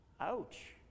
Ouch